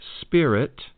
spirit